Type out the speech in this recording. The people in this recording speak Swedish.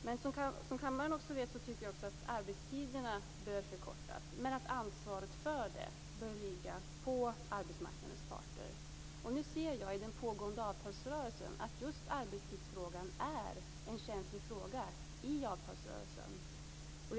Men som kammaren vet tycker jag också att arbetstiderna bör förkortas men att ansvaret för det bör ligga på arbetsmarknadens parter. Nu ser jag i den pågående avtalsrörelsen att just arbetstidsfrågan är en känslig fråga.